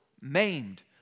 maimed